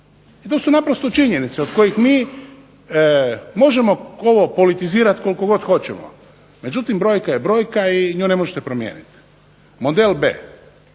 To su naprosto činjenice oko kojih mi možemo polemizirati koliko hoćemo, međutim, brojka je brojka i nju ne možete promijeniti. Model B.